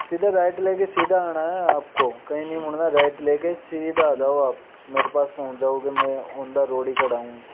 सीधा राइट लेके सीधा आना है आपको कहीं नहीं मुड़ना है राइट लेके सीधा आ जाओ आप मेरे पास पहुंच जाओगे में ओन दा रोड ही खड़ा हूँ